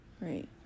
Right